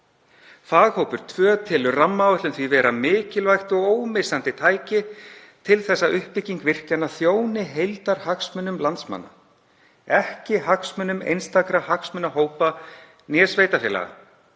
Faghópur 2 telur rammaáætlun því vera mikilvægt og ómissandi tæki til þess að uppbygging virkjana þjóni heildarhagsmunum landsmanna — ekki hagsmunum einstakra hagsmunahópa né sveitarfélaga